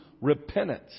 repentance